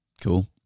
Cool